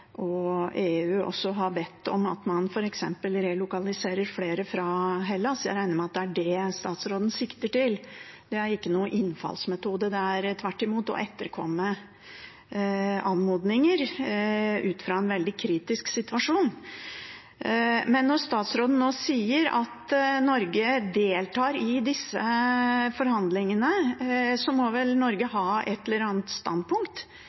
EU også har bedt om at man f.eks. relokaliserer flere fra Hellas. Jeg regner med det er det statsråden sikter til. Det er ingen innfallsmetode. Det er tvert imot å etterkomme anmodninger ut fra en veldig kritisk situasjon. Men når statsråden nå sier at Norge deltar i disse forhandlingene, må vel Norge ha et eller annet standpunkt